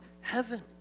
heaven